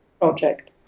project